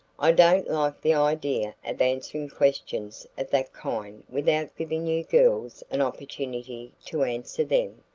i don't like the idea of answering questions of that kind without giving you girls an opportunity to answer them,